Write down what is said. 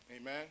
Amen